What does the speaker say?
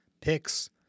picks